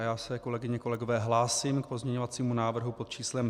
A já se, kolegyně, kolegové, hlásím k pozměňovacímu návrhu pod číslem 3529.